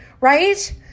right